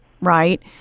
right